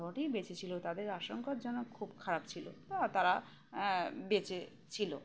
তখনই বেঁচে ছিলো তাদের আশঙ্কাজনক খুব খারাপ ছিল তারা বেঁচে ছিলো